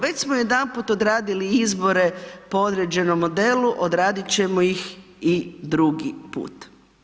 Već smo jedanput odradili izbore po određenom modelu, odradit ćemo ih i drugi put.